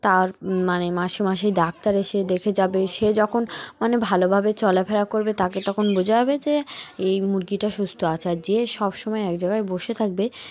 তার মানে মাসে মাসেই ডাক্তার এসে দেখে যাবে সে যখন মানে ভালোভাবে চলাফেরা করবে তাকে তখন বোঝা হবে যে এই মুরগিটা সুস্থ আছে আর যে সব সমময় এক জায়গায় বসে থাকবে